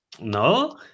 No